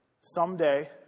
someday